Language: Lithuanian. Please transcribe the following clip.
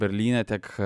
berlyne tiek